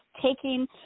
taking